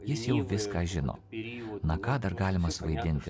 jis jau viską žino na ką dar galima suvaidinti